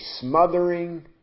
smothering